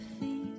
feet